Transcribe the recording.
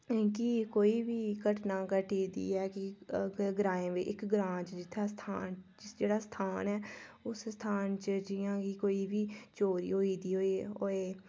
जेह्की कोई बी घटना घटी दी ऐ कि ग्राएं बी इक्क ग्रांऽ जित्थै स्थान जेह्ड़ा स्थान ऐ उस स्थान च जि'यां कि कोई बी चोरी होई दी होऐ